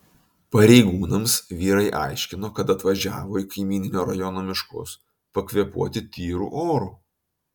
pareigūnams vyrai aiškino kad atvažiavo į kaimyninio rajono miškus pakvėpuoti tyru oru